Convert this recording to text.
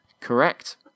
Correct